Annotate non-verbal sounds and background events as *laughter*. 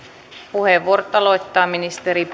puheenvuorot aloittaa ministeri *unintelligible*